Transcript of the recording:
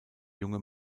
junge